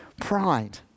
pride